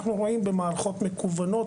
אנחנו רואים במערכות מקוונות,